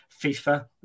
FIFA